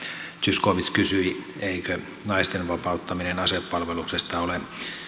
zyskowicz kysyi eikö naisten vapauttaminen asepalveluksesta ole